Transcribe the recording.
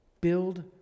Build